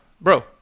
bro